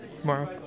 tomorrow